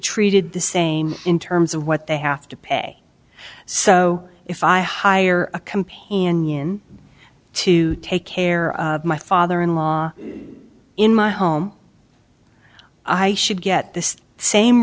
treated the same in terms of what they have to pay so if i hire a complete in to take care of my father in law in my home i should get the same